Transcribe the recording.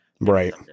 right